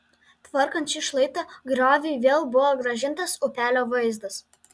tvarkant šį šlaitą grioviui vėl buvo grąžintas upelio vaizdas